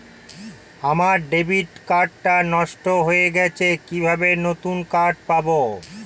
আমার debit card টা নষ্ট হয়ে গেছে কিভাবে নতুন কার্ড পাব?